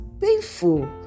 painful